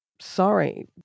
sorry